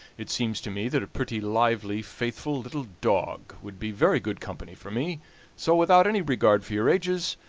it seems to me that a pretty, lively, faithful little dog would be very good company for me so, without any regard for your ages,